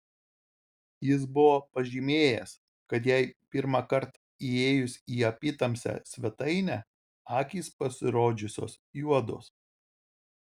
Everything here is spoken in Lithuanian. jis buvo pažymėjęs kad jai pirmąkart įėjus į apytamsę svetainę akys pasirodžiusios juodos